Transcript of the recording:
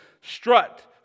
strut